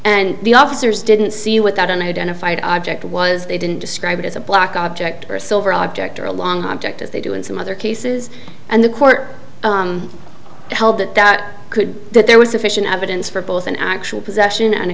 and the officers didn't see what that and identified object was they didn't describe it as a black object or a silver object or a long object as they do in some other cases and the court held that that could that there was sufficient evidence for both an actual possession and a